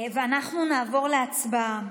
נעבור להצבעה,